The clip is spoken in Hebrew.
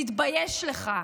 תתבייש לך.